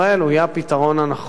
הוא יהיה הפתרון הנכון.